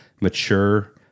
mature